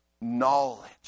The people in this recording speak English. knowledge